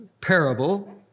parable